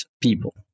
people